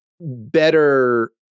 better